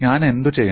ഞാൻ എന്തുചെയ്യണം